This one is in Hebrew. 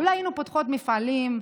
אולי היינו פותחות מפעלים,